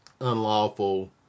unlawful